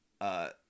Uh-